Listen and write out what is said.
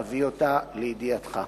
אביא אותה לידיעתך.